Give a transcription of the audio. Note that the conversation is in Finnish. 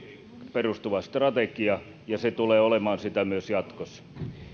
perustuva strategia ja se tulee olemaan sitä myös jatkossa